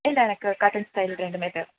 இல்லை எனக்கு cutting style ரெண்டுமே தேவை